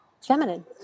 feminine